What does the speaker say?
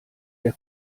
der